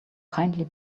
kindly